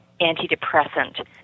antidepressant